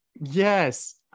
Yes